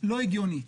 לא הגיונית.